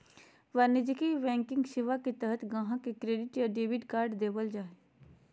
वाणिज्यिक बैंकिंग सेवा के तहत गाहक़ के क्रेडिट या डेबिट कार्ड देबल जा हय